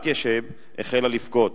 בתיה שייב החלה לבכות.